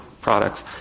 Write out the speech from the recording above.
products